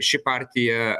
ši partija